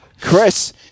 chris